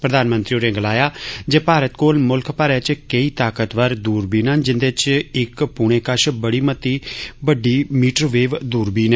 प्रघानमंत्री होरें गलाया जे भारत कोल मुल्ख मरै च केंई ताकतवर दूरबीना न जिन्दे च इक्क पुणे कश बड़ी बड्डी मीटरवेव दूरबीन ऐ